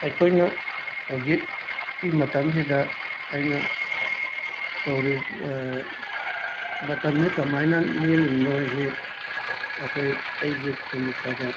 ꯑꯩꯈꯣꯏꯅ ꯍꯧꯖꯤꯛꯀꯤ ꯃꯇꯝꯁꯤꯗ ꯑꯩꯅ ꯇꯧꯔꯤ ꯃꯇꯝꯁꯦ ꯀꯃꯥꯏꯅ ꯂꯦꯜꯂꯤꯕꯅꯣꯁꯦ ꯑꯩꯈꯣꯏ ꯑꯩꯁꯦ ꯁꯨꯝ ꯈꯔ ꯈꯔ